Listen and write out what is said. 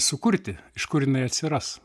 sukurti iš kur jinai atsiras